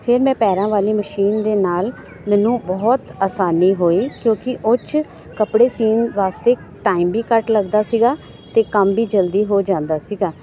ਫਿਰ ਮੈਂ ਪੈਰਾਂ ਵਾਲੀ ਮਸ਼ੀਨ ਦੇ ਨਾਲ ਮੈਨੂੰ ਬਹੁਤ ਆਸਾਨੀ ਹੋਈ ਕਿਉਂਕਿ ਉਹ 'ਚ ਕੱਪੜੇ ਸੀਨ ਵਾਸਤੇ ਟਾਈਮ ਵੀ ਘੱਟ ਲੱਗਦਾ ਸੀਗਾ ਅਤੇ ਕੰਮ ਵੀ ਜਲਦੀ ਹੋ ਜਾਂਦਾ ਸੀਗਾ